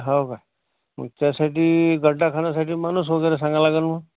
हो का मग त्यासाठी खड्डा खणायसाठी माणूस वगैरे सांगायला लागेल मग